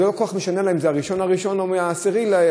זה לא כל כך משנה אם זה מ-1 ל-1 או מ-10 ל-10.